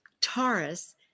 Taurus